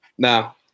No